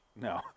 no